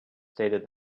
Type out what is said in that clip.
stated